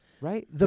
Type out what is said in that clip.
Right